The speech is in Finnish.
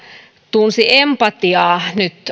tunsi empatiaa nyt